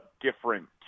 different